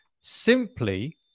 simply